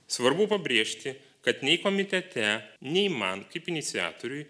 svarbu pabrėžti kad nei komitete nei man kaip iniciatoriui